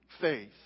faith